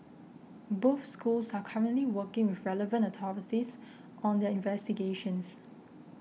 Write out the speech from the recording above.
both schools are currently working with relevant authorities on their investigations